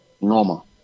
normal